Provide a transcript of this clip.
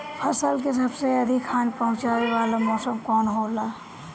फसल के सबसे अधिक हानि पहुंचाने वाला मौसम कौन हो ला?